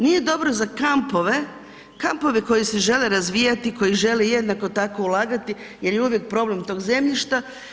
Nije dobro za kampove, kampove koji se žele razvijati, koji žele jednako tako ulagati jer je uvijek problem tog zemljišta.